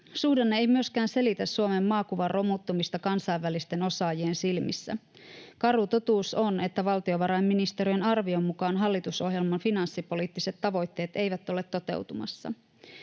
Suhdanne ei myöskään selitä Suomen maakuvan romuttumista kansainvälisten osaajien silmissä. Karu totuus on, että valtiovarainministeriön arvion mukaan hallitusohjelman finanssipoliittiset tavoitteet eivät ole toteutumassa.